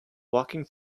walking